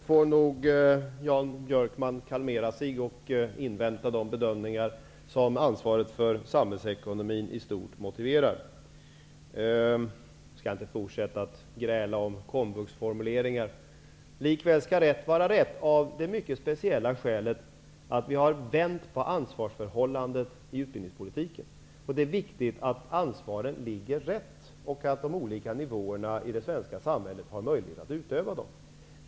Herr talman! I det hänseendet får nog Jan Björkman kalmera sig och invänta de bedömningar som ansvaret för samhällsekonomin i stort motiverar. Jag skall inte fortsätta att gräla om formuleringar när det gäller Komvux. Likväl skall rätt vara rätt, av det mycket speciella skälet att vi har vänt på ansvarsförhållandet i utbildningspolitiken. Det är viktigt att ansvaret ligger på rätt ställe och att de olika nivåerna i det svenska samhället har möjlighet att utöva ansvar.